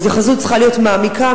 וההתייחסות צריכה להיות מעמיקה,